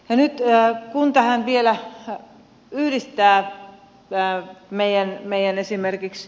nyt kun tähän vielä yhdistää jyrää meijän eli esimerkiks